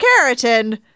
keratin